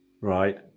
right